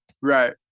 Right